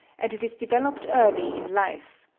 and it is developed early in life,